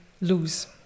lose